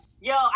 Yo